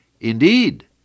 Indeed